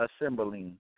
assembling